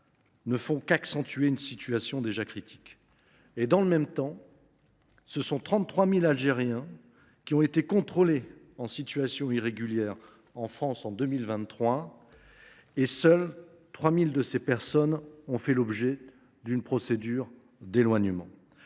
ne font qu’accentuer une situation déjà critique, car, dans le même temps, 33 000 Algériens ont été contrôlés en situation irrégulière en France en 2023, dont seuls 3 000 ont fait l’objet d’une procédure d’éloignement.